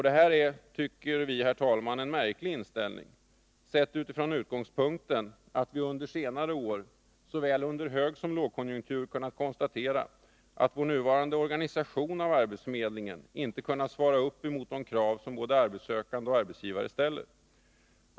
Detta tycker vi, herr talman, är en märklig inställning, sett från den synpunkten att vi under senare år under såväl högsom lågkonjunktur kunnat konstatera att vår nuvarande organisation av arbetsförmedlingen inte kunnat motsvara de krav som både arbetssökande och arbetsgivare ställer.